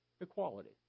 Equality